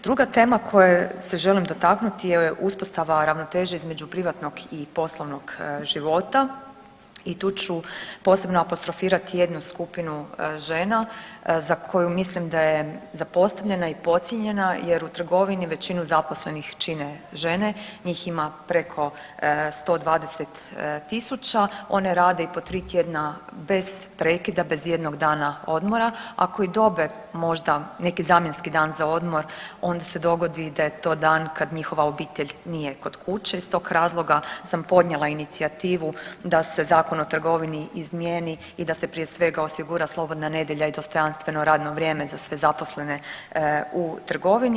Druga tema koje se želim dotaknuti je uspostava ravnoteže između privatnog i poslovnog života i tu ću posebno apostrofirati jednu skupinu žena za koju mislim da je zapostavljena i podcijenjena jer u trgovini većinu zaposlenih čine žene, njih ima preko 120.000, one rade i po 3 tjedna bez prekida, bez ijednog dana odmora, ako i dobe možda neki zamjenski dan za odmor onda se dogodi da je to dan kad njihova obitelj nije kod kuće i iz tog razloga sam podnijela inicijativu da se Zakon o trgovini izmijeni i da se prije svega osigura slobodna nedjelja i dostojanstveno radno vrijeme za sve zaposlene u trgovini.